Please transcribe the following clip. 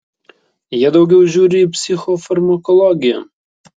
jie daugiau žiūri į psichofarmakologiją